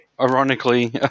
Ironically